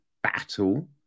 battle